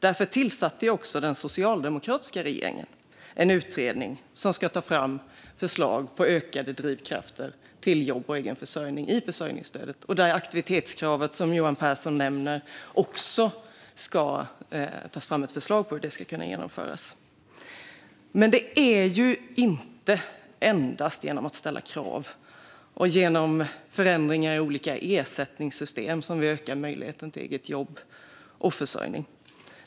Därför tillsatte den socialdemokratiska regeringen en utredning som ska komma med förslag på ökade drivkrafter till jobb och egen försörjning i försörjningsstödet och där det också ska tas fram ett förslag på hur man ska kunna genomföra aktivitetskravet, som Johan Pehrson nämner. Men det är inte endast genom att ställa krav och genom förändringar i olika ersättningssystem som vi ökar möjligheterna till eget jobb och försörjning.